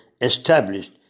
established